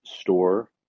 store